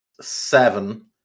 seven